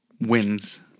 wins